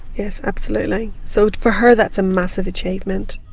yes, absolutely. so for her that's a massive achievement.